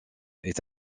est